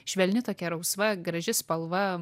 švelni tokia rausva graži spalva